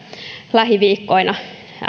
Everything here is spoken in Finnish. lähiviikkoina